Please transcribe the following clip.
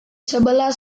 sebelah